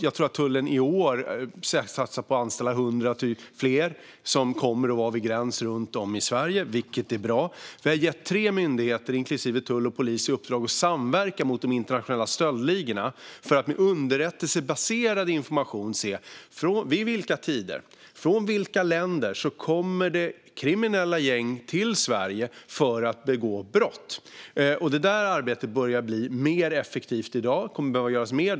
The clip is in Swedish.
Jag tror att tullen i år satsar på att anställa 100 fler som kommer att vara vid gränserna runt om i Sverige, vilket är bra. Vi har gett tre myndigheter, inklusive tull och polis, i uppdrag att samverka mot de internationella stöldligorna med underrättelsebaserad information om vid vilka tider och från vilka länder kriminella gäng kommer till Sverige för att begå brott. Det arbetet börjar bli mer effektivt i dag. Det kommer att behöva göras mer.